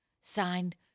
Signed